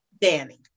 Danny